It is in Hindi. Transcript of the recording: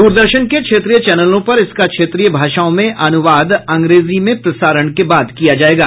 द्रदर्शन के क्षेत्रीय चैनलों पर इसका क्षेत्रीय भाषाओं में अनुवाद अंग्रेजी में प्रसारण के बाद किया जाएगा